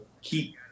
keep